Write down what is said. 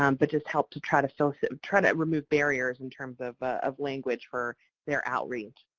um but just helped to try to so sort of try to remove barriers in terms of of language for their outreach.